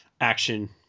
action